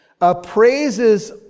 appraises